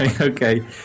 Okay